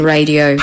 Radio